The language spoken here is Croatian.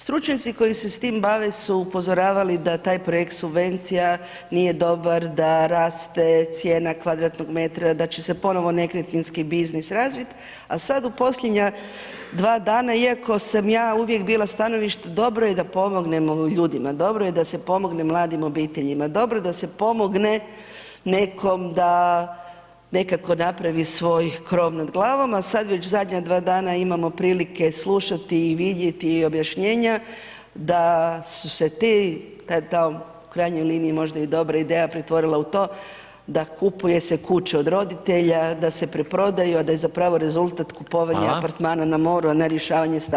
Stručnjaci koji se s tim bave su upozoravali da taj projekt subvencija nije dobar da raste cijena kvadratnog metra, da će se ponovo nekretninski biznis razvit, a sad u posljednja 2 dana iako sam ja uvijek bila stanovišta dobro je da pomognemo ljudima, dobro je da se pomogne mladim obiteljima, dobro da se pomogne nekom da nekako napravi svoj krov nad glavom, a sad već zadnja 2 dana imamo prilike slušati i vidjeti i objašnjenja da su se ti … [[Govornik se ne razumije]] u krajnjoj liniji možda i dobra ideja pretvorila u to da kupuju se kuće od roditelja, da se preprodaju, a da je zapravo rezultat kupovanje [[Upadica: Hvala]] apartmana na moru, a ne rješavanje stam.